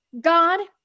God